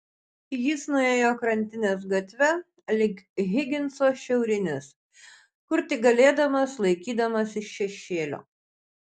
jis nuėjo krantinės gatve link higinso šiaurinės kur tik galėdamas laikydamasis šešėlio